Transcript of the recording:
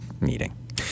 meeting